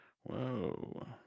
Whoa